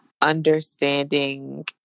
understanding